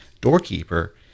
doorkeeper